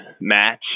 Match